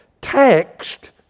text